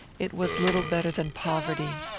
it was little better than poverty.